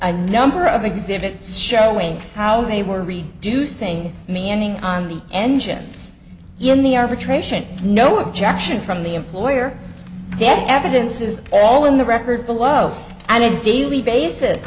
a number of exhibits showing how they were reducing manning on the engines in the arbitration no objection from the employer yet evidence is all in the record below and daily basis